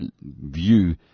view